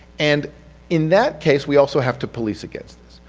and in that case we also have to police against this.